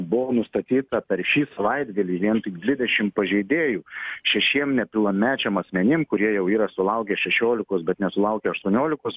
buvo nustatyta per šį savaitgalį vien tik dvidešimt pažeidėjų šešiem nepilnamečiam asmenim kurie jau yra sulaukę šešiolikos bet nesulaukę aštuoniolikos